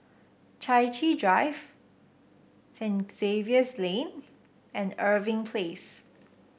Chai Chee Drive Saint Xavier's Lane and Irving Place